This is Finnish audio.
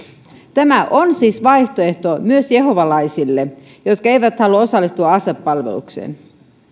tämä on siis vaihtoehto myös jehovalaisille jotka eivät halua osallistua asepalvelukseen